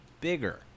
bigger